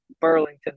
Burlington